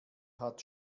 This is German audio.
hat